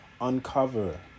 uncover